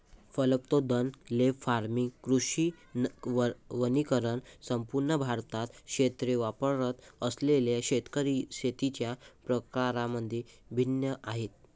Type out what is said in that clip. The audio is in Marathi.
फलोत्पादन, ले फार्मिंग, कृषी वनीकरण संपूर्ण भारतात क्षेत्रे वापरत असलेल्या शेतीच्या प्रकारांमध्ये भिन्न आहेत